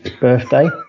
birthday